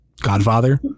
Godfather